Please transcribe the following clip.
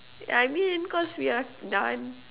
I mean cause we are done